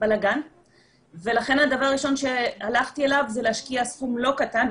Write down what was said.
בלגן ולכן הדבר הראשון שהלכתי אליו זה להשקיע סכום לא קטן,